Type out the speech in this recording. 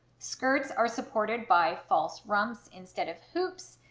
skirts are supported by false rumps instead of hoops.